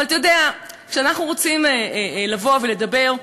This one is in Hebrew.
אבל אתה יודע, כשאנחנו רוצים לבוא ולדבר,